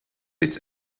its